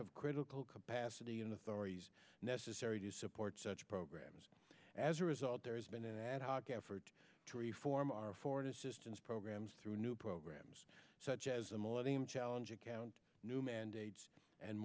of critical capacity in the thirty's necessary to support such programs as a result there has been an ad hoc effort to reform our foreign assistance programs through new programs such as the millennium challenge account new mandates and